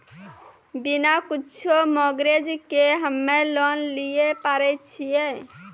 बिना कुछो मॉर्गेज के हम्मय लोन लिये पारे छियै?